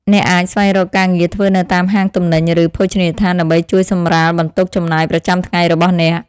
អ្នកអាចស្វែងរកការងារធ្វើនៅតាមហាងទំនិញឬភោជនីយដ្ឋានដើម្បីជួយសម្រាលបន្ទុកចំណាយប្រចាំថ្ងៃរបស់អ្នក។